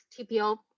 TPO